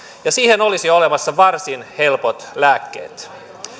ja siihen olisi olemassa varsin helpot lääkkeet